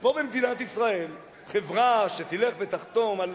שפה במדינת ישראל חברה שתלך ותחתום על